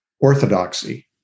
orthodoxy